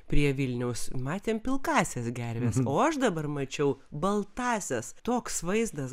prie vilniaus matėm pilkąsias gerves o aš dabar mačiau baltąsias toks vaizdas